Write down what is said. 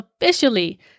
officially